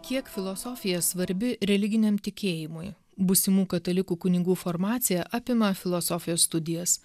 kiek filosofija svarbi religiniam tikėjimui būsimų katalikų kunigų formacija apima filosofijos studijas